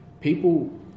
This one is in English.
people